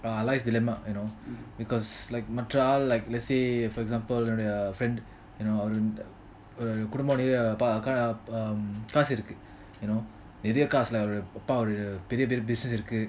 ah lies dilemma you know because like மற்ற ஆளு:matra aalu like let's say for example and a friend you know அவரு வந்து குடும்பம் வைத்து காசு இருக்கு:avaru vanthu kudumbam vathu kaasu iruku you know நெறய காசு இருக்கு பெரிய பெரிய:neraya kaasu iruku periya periya business இருக்கு:iruku